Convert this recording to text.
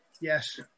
Yes